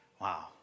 Wow